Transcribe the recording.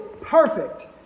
perfect